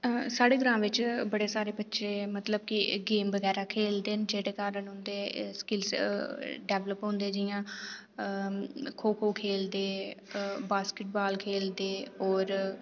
साढ़े ग्रांऽ बिच बड़े सारे बच्चे मतलब की गेम बगैरा खेल्लदे ते जेह्दे कारण उंदे स्किल्स डेवल्प होंदे जियां खो खो खेलदे बास्केटबॉल खेल्लदे होर